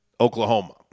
Oklahoma